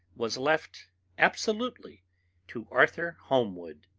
was left absolutely to arthur holmwood.